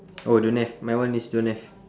oh don't have my one is don't have